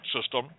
system